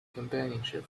companionship